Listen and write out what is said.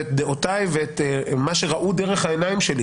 את דעותיי ואת מה שראו דרך העיניים שלי